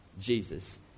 Jesus